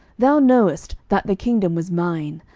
thou knowest that the kingdom was mine,